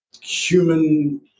human